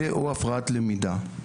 ו/או הפרעת למידה.